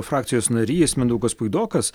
frakcijos narys mindaugas puidokas